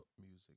music